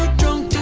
don't